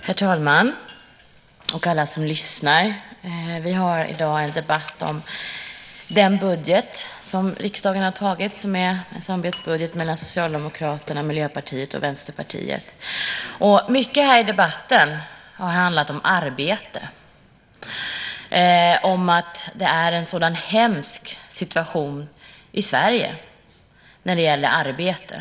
Herr talman och alla som lyssnar! Vi har i dag en debatt om den budget som riksdagen har antagit och som är ett resultat av samarbetet mellan Socialdemokraterna, Miljöpartiet och Vänsterpartiet. Mycket här i debatten har handlat om arbete - om att det är en sådan hemsk situation i Sverige när det gäller arbete.